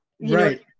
Right